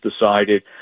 decided